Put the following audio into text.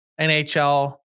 NHL